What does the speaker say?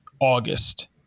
August